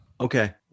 Okay